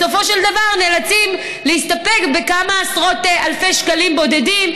בסופו של דבר הם נאלצים להסתפק בכמה עשרות אלפי שקלים בודדים,